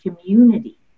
community